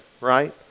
right